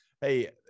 hey